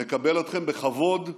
נקבל אתכם בכבוד,